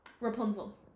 Rapunzel